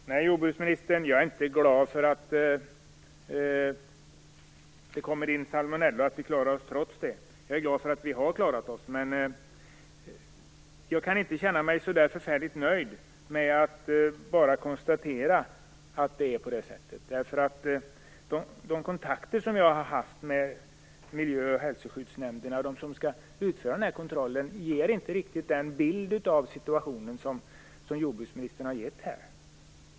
Herr talman! Nej, jordbruksministern, jag är inte glad för att det kommer in salmonella. Jag är glad för att vi har klarat oss trots det. Jag kan dock inte känna mig nöjd med att bara konstatera att det är så. De kontakter som jag har haft med miljö och hälsoskyddsnämnderna och med dem som skall utföra kontrollen ger inte riktigt den bild av situationen som jordbruksministern här har lämnat.